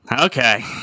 okay